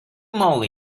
moly